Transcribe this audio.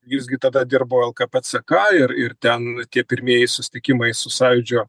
jis gi tada dirbo lkp ck ir ir ten tie pirmieji susitikimai su sąjūdžio